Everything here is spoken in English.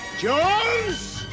Jones